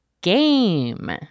game